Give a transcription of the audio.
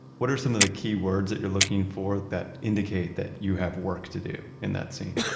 what are some of the keywords that you're looking for that indicate that you have work to do in that scene?